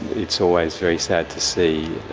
it's always very sad to see,